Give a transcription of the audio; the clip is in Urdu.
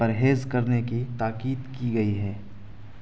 پرہیز کرنے کی تاکید کی گئی ہے